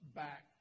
back